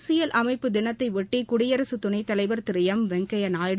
அரசியல் அமைப்பு தினத்தையொட்டி குடியரசுத் துணைத்தலைவா் திரு எம் வெங்கையா நாயுடு